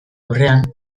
aurrean